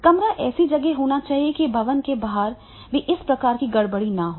कमरा ऐसी जगह होना चाहिए कि भवन के बाहर से भी इस प्रकार की गड़बड़ी न हो